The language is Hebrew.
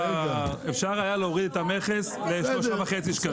אפשר היה להוריד את המכס ל-3.5 שקלים.